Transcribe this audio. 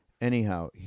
Anyhow